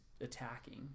attacking